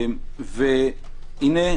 והינה,